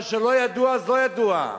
מה שלא ידוע לא ידוע.